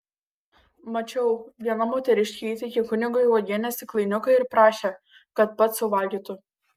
mačiau viena moteriškė įteikė kunigui uogienės stiklainiuką ir prašė kad pats suvalgytų